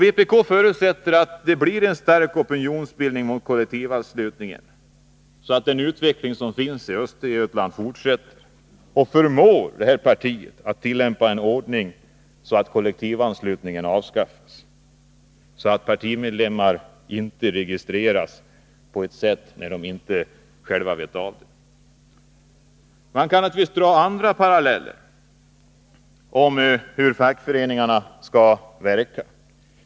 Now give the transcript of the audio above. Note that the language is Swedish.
Vpk förutsätter att det blir en stark opinionsbildning mot kollektivanslutningen, så att utvecklingen i Östergötland fortsätter och partiet förmås att tillämpa en ordning så att kollektivanslutningen avskaffas, så att människor inte registreras som partimedlemmar utan att veta det. Man kan naturligtvis dra andra paralleller om hur fackföreningarna skall verka.